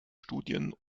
studien